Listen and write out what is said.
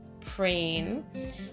praying